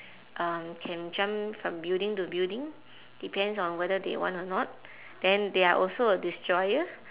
um can jump from building to building depends on whether they want or not then they are also a destroyer